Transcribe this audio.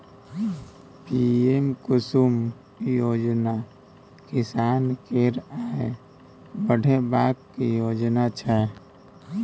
PM Kusum योजना किसान केर आय बढ़ेबाक योजना छै